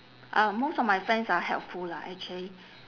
uh most of my friends are helpful lah actually